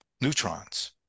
neutrons